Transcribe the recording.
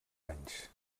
anys